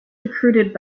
recruited